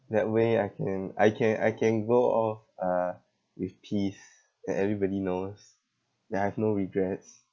that way I can I can I can go off uh with peace and everybody knows that I've no regrets